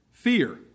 Fear